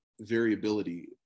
variability